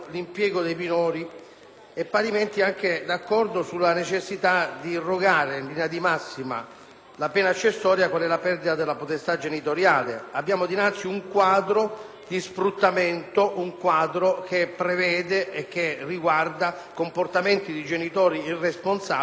la pena accessoria della perdita della potestà genitoriale. Abbiamo dinanzi un quadro di sfruttamento che riguarda comportamenti di genitori irresponsabili e, sotto certi aspetti, diretti a non tutelare